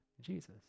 Jesus